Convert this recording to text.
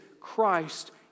Christ